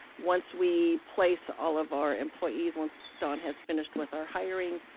once we place all of our employees, once don has finished with our hiring,